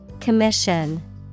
Commission